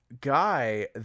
guy